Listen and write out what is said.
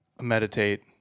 meditate